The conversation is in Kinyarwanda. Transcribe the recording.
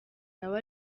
nawe